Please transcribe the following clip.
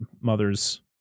Mother's